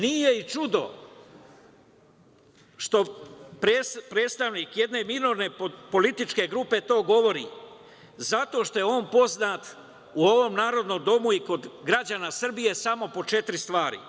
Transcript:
Nije ni čudo što predstavnik jedne minorne političke grupe to govori, zato što je on poznat u ovom narodnom domu i kod građana Srbije samo po četiri stvari.